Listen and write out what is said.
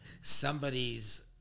somebody's